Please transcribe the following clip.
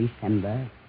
December